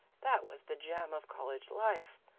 that was the jam of college life.